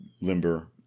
limber